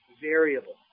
variable